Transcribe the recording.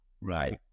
Right